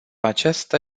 acesta